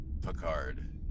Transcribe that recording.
Picard